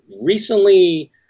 recently